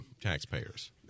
taxpayers